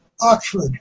Oxford